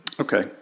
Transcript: Okay